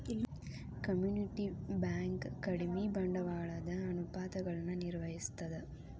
community bank ಕಡಿಮಿ ಬಂಡವಾಳದ ಅನುಪಾತಗಳನ್ನ ನಿರ್ವಹಿಸ್ತದ